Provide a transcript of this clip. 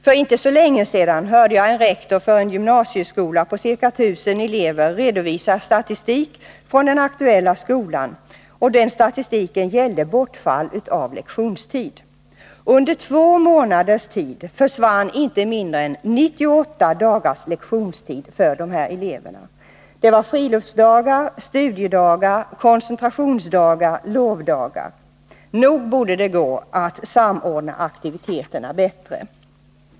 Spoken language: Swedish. För inte så länge sedan hörde jag en rektor för en gymnasieskola på ca 1000 elever redovisa statistik över bortfall av lektionstid från den aktuella skolan. Under två månaders tid försvann inte mindre än 98 dagars lektionstid för dessa elever. Det var friluftsdagar, studiedagar, koncentrationsdagar, lovdagar. Nog borde det gå att samordna aktiviteterna bättre.